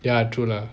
ya true lah